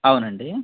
అవునండి